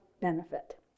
benefit